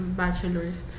bachelors